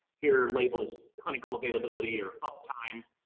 here labeled as clinical availability or uptime.